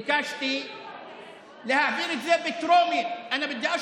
ביקשתי להעביר את זה בטרומית (אומר דברים בשפה הערבית,